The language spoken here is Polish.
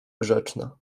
grzeczna